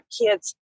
kids